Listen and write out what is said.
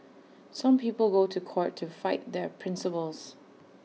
some people go to court to fight their principles